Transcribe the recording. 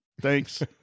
Thanks